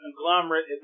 conglomerate